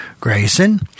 Grayson